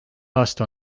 aasta